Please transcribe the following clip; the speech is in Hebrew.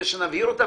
כדי שנבהיר אותה,